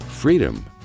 Freedom